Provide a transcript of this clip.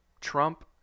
Trump